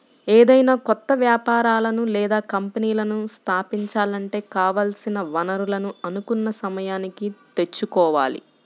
ఏదైనా కొత్త వ్యాపారాలను లేదా కంపెనీలను స్థాపించాలంటే కావాల్సిన వనరులను అనుకున్న సమయానికి తెచ్చుకోవాలి